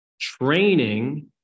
training